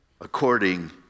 according